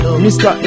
Mr